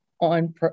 On